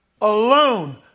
alone